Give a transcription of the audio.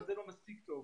אבל זה לא מספיק טוב.